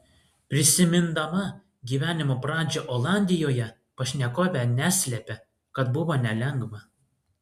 prisimindama gyvenimo pradžią olandijoje pašnekovė neslėpė kad buvo nelengva